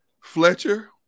Fletcher